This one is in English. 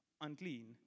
unclean